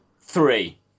Three